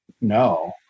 no